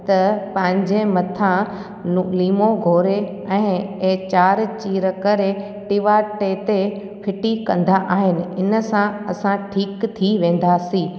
त पंहिंजे मथां लीमो घोड़े ऐं चारि चीर करे टीवाटे ते फिटी कंदा आहिनि इन सां असां ठीक थी वेंदासीं